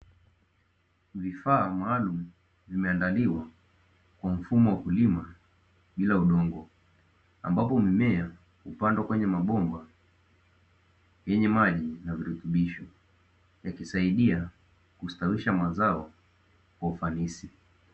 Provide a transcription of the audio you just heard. Vifaa maalumu vilivyoandliwa kwa mfumo wa kulima bila udongo, ambapo mazao hupandwa kwenye mabomba yenye maji na virutubisho na virutubisho vinavyosaidia kustawisha mazao kwa ufanisi.